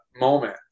moment